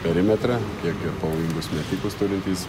perimetrą tiek ir pavojingus metikus turintys